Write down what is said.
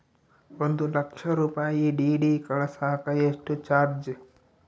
ಒಂದು ಲಕ್ಷ ರೂಪಾಯಿ ಡಿ.ಡಿ ಕಳಸಾಕ ಎಷ್ಟು ಚಾರ್ಜ್?